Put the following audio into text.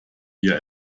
hier